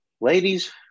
Ladies